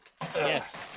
Yes